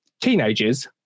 teenagers